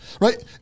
right